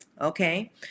Okay